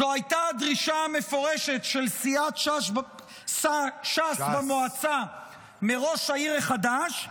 זו הייתה דרישה מפורשת של סיעת ש"ס במועצה מראש העיר החדש,